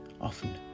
often